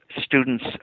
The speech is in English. students